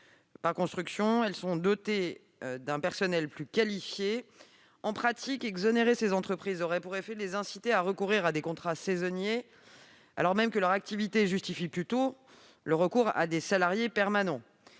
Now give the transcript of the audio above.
Par construction, leur personnel est plus qualifié. En pratique, exonérer ces entreprises aurait pour effet de les inciter à recourir à des contrats saisonniers, alors même que leur activité justifie plutôt le recours à des salariés permanents.